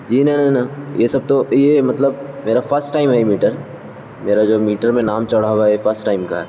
جی نہ نہ نہ یہ سب تو یہ مطلب میرا فسٹ ٹائم ہے یہ میٹر میرا جو میٹر میں نام چڑھا ہوا ہے یہ فسٹ ٹائم کا ہے